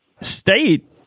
State